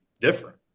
different